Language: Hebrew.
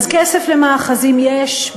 אז כסף למאחזים יש,